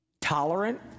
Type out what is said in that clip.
tolerant